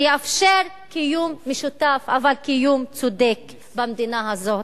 שיאפשר קיום משותף, אבל קיום צודק במדינה הזאת.